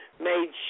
made